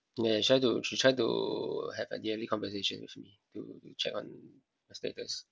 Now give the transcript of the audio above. ya ya she try to she try to have a daily conversation with me to check on the status